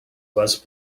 was